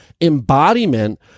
Embodiment